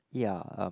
ya um